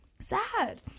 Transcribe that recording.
sad